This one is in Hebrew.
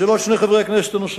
לשאלות שני חברי הכנסת הנוספים.